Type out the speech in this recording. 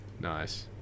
Nice